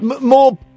more